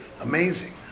Amazing